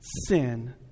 sin